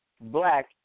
black